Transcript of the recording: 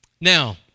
Now